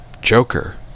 Joker